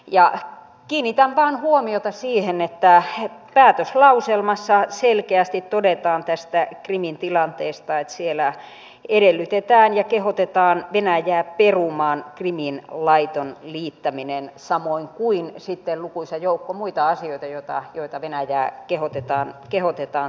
kiinnitän vain huomiota siihen että päätöslauselmassa selkeästi todetaan tästä krimin tilanteesta että siellä edellytetään ja kehotetaan venäjää perumaan krimin laiton liittäminen samoin kuin sitten on lukuisa joukko muita asioita joita venäjää kehotetaan tekemään